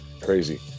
Crazy